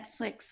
Netflix